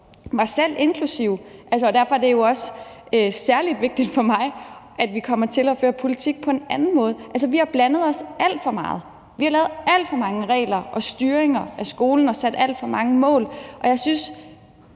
jeg selv inklusive – og derfor er det jo også særlig vigtigt for mig, at vi kommer til at føre politik på en anden måde – har blandet os alt for meget. Vi har lavet alt for mange regler og styringer af skolen og sat alt for mange mål, og jeg synes,